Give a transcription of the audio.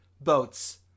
boats